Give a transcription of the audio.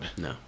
No